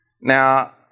Now